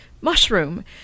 Mushroom